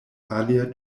alia